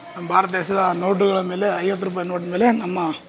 ನಮ್ಮ ಭಾರತ ದೇಶದ ನೋಟುಗಳ ಮೇಲೆ ಐವತ್ತು ರುಪಾಯಿ ನೋಟಿನ ಮೇಲೆ ನಮ್ಮ